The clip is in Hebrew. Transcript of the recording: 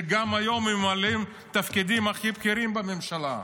שגם היום ממלאים תפקידים הכי בכירים בממשלה.